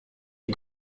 die